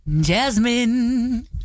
Jasmine